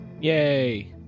yay